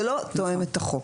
זה לא תואם את החוק.